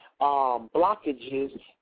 blockages